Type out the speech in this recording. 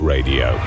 Radio